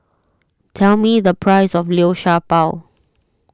tell me the price of Liu Sha Bao